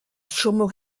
chomo